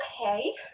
okay